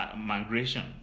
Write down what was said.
migration